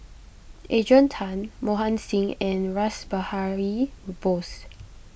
Adrian Tan Mohan Singh and Rash Behari Bose